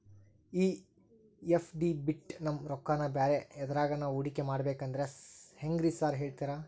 ಈ ಎಫ್.ಡಿ ಬಿಟ್ ನಮ್ ರೊಕ್ಕನಾ ಬ್ಯಾರೆ ಎದ್ರಾಗಾನ ಹೂಡಿಕೆ ಮಾಡಬೇಕಂದ್ರೆ ಹೆಂಗ್ರಿ ಸಾರ್ ಹೇಳ್ತೇರಾ?